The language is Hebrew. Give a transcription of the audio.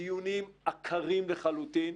בדיונים עקרים לחלוטין.